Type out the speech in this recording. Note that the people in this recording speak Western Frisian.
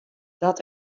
dat